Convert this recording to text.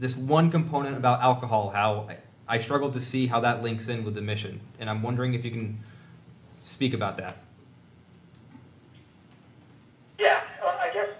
this one component about alcohol how i struggled to see how that links in with the mission and i'm wondering if you can speak about that i guess